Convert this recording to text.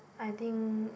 I think